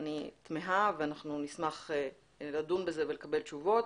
אני תמהה ואנחנו נשמח לדון בזה ולקבל תשובות.